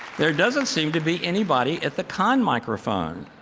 there doesn't seem to be anybody at the con microphone,